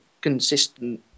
consistent